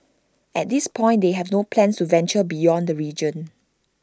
at this point they have no plans to venture beyond the region